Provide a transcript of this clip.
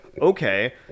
okay